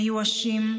מיואשים,